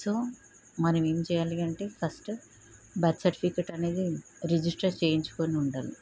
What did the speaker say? so మనం ఏం చేయాలి అంటే ఫస్ట్ బర్త్ సర్టిఫికేట్ అనేది రిజిస్టర్ చేయించుకొని ఉండాలి